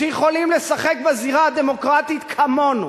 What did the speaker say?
שיכולים לשחק בזירה הדמוקרטית כמונו,